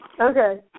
Okay